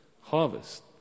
harvest